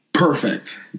Perfect